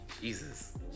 Jesus